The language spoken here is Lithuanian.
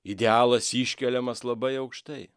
idealas iškeliamas labai aukštai